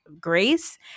grace